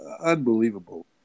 Unbelievable